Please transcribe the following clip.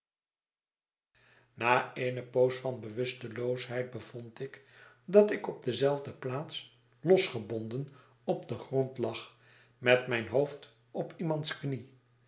na eene poos van bewusteloosheid bevond ik dat ik op dezelfde plaats losgebonden op den grond lag met mijn hoofd op iemands knie